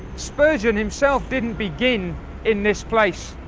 spurgeon himself didn't begin in this place.